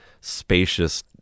spacious